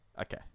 Okay